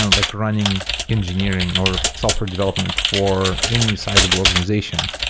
and like running engineering or software development for any sizeable organization,